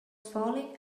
falling